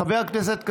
חבר הכנסת כסיף?